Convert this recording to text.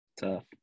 Tough